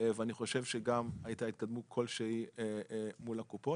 ואני חושב שגם הייתה התקדמות כלשהי מול הקופות.